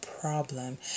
problem